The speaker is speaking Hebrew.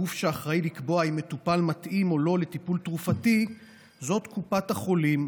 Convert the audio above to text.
הגוף שאחראי לקבוע אם מטופל מתאים או לא לטיפול תרופתי זאת קופת החולים,